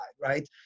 Right